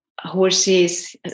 horses